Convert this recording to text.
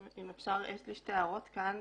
יש לי שתי הערות כאן.